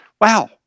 Wow